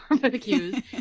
barbecues